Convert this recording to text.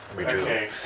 Okay